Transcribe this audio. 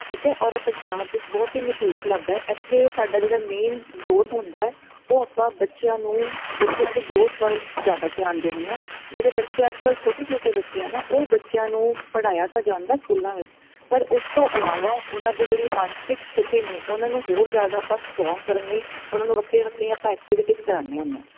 ਠੀਕ ਹ ਔਰ ਪੰਜਾਬ ਵਿੱਚ ਬਹੁਤ ਹੀ ਮਸ਼ਹੂਰ ਕਲੱਬ ਹ ਇੱਥੇ ਸਾਡਾ ਜਿਹੜਾ ਮੇਨ ਦੋਰ ਹੁੰਦਾ ਉਹ ਆਪਾਂ ਬੱਚਿਆਂ ਨੂੰ ਬੱਚਿਆਂ ਦੀ ਗਰੋਥ ਵੱਲ ਜਿਆਦਾ ਧਿਆਨ ਦਿੰਦੇ ਆਂ ਜਿਹੜੇ ਬੱਚੇ ਅੱਜ ਕੱਲ ਛੋਟੇ ਛੋਟੇ ਬੱਚਿਆਂ ਨਾ ਉਹ ਬੱਚਿਆਂ ਨੂੰ ਪੜ੍ਹਾਇਆ ਤਾਂ ਜਾਂਦਾ ਸਕੂਲਾਂ ਵਿੱਚ ਪਰ ਉਸ ਤੋਂ ਇਲਾਵਾ ਉਹਨਾਂ ਦੀ ਜਿਹੜੀ ਮਾਨਸਿਕ ਸਥਿਤੀ ਨੂੰ ਉਹਨਾਂ ਨੂੰ ਹਰ ਜਿਆਦਾ ਆਪਾਂ ਸਟਰੋਂਗ ਕਰਨ ਲਈ ਆਪਾਂ ਉਹਨਾਂ ਨੂੰ ਵੱਖਰੀਆਂ ਵੱਖਰੀਆਂ ਐਕਟੀਵਿਟੀਜ਼ ਕਰਾਉਂਦੇ ਹੁੰਨੇ ਆ